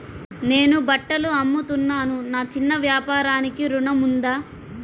నేను బట్టలు అమ్ముతున్నాను, నా చిన్న వ్యాపారానికి ఋణం ఉందా?